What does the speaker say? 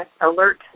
alert